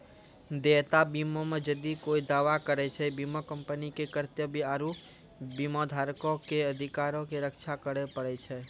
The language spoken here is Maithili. देयता बीमा मे जदि कोय दावा करै छै, बीमा कंपनी के कर्तव्य आरु बीमाधारको के अधिकारो के रक्षा करै पड़ै छै